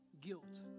guilt